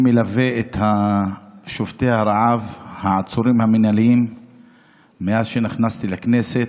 אני מלווה את שובתי הרעב העצורים המינהליים מאז שנכנסתי לכנסת,